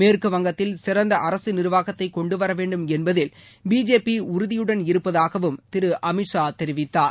மேற்கு வங்கத்தில் சிறந்த அரசு நிர்வாகத்தை கொண்டு வரவேண்டும் என்பதில் பிஜேபி உறுதியுடன் இருப்பதாகவும் திரு அமித்ஷா தெரிவித்தார்